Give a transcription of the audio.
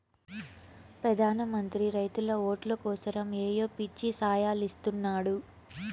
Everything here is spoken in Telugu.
పెదాన మంత్రి రైతుల ఓట్లు కోసరమ్ ఏయో పిచ్చి సాయలిస్తున్నాడు